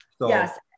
Yes